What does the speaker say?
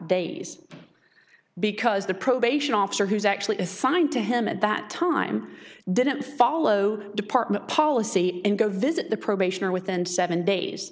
days because the probation officer who's actually assigned to him at that time didn't follow department policy and go visit the probation or within seven days